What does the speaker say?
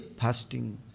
fasting